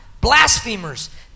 blasphemers